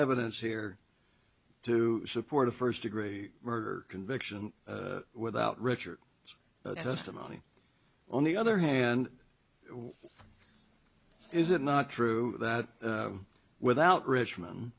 evidence here to support a first degree murder conviction without richard testimony on the other hand is it not true that without richmond